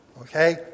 Okay